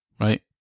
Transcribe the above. Right